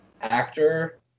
actor